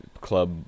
club